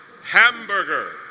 Hamburger